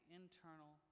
internal